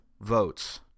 votes